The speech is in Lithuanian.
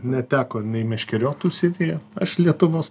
neteko nei meškeriot užsienyje aš lietuvos